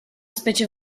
specie